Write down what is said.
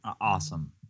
Awesome